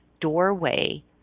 doorway